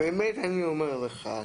באמת אני אומר לך,